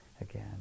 again